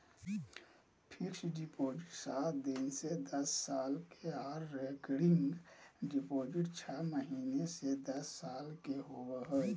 fixed deposit सात दिन से दस साल के आर रेकरिंग डिपॉजिट छौ महीना से दस साल के होबय हय